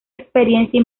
experiencia